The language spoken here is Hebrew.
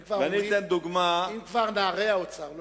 אם כבר, נערי האוצר.